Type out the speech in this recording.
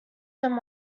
them